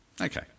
Okay